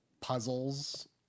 puzzles